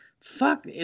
fuck